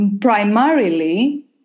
primarily